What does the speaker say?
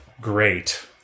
great